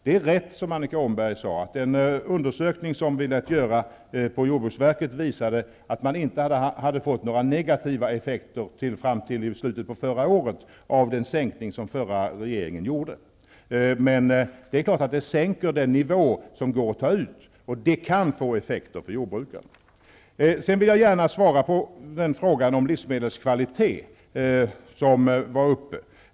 Det är riktigt som Annika Åhnberg sade att den undersökning som vi lät göra på jordbruksverket visar att man inte hade fått några negativa effekter fram till slutet av förra året av den sänkning som den förra regeringen gjorde. Men det är klart att det sänker den nivå som går att ta ut, och det kan få effekter för jordbrukaren. Jag svarar gärna på frågan om livsmedelskvalitet.